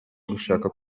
gushaka